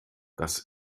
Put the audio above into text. das